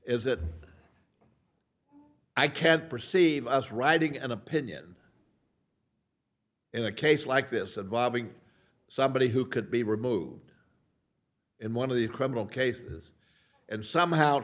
that i can't perceive us writing an opinion in a case like this of loving somebody who could be removed in one of the criminal cases and somehow